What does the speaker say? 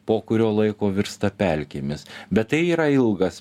po kurio laiko virsta pelkėmis bet tai yra ilgas